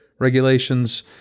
Regulations